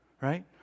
right